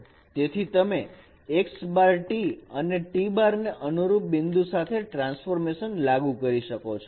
તેથી તમે x T and T ને અનુરૂપ બિંદુ સાથે ટ્રાન્સફોર્મેશન લાગુ કરી શકો છો